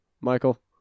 Michael